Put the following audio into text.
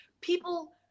People